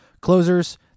Closers